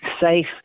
safe